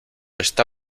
está